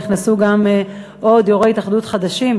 נכנסו גם עוד יושבי-ראש התאחדות חדשים,